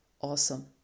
awesome